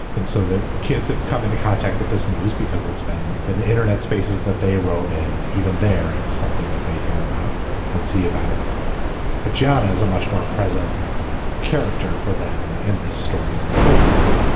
and so the kids have come into contact with this news because it's been in the internet spaces that they ah roam in even there. it's something that they hear about and see about bajada as a much more present character for them in this story than kobe is.